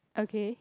okay